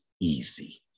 easy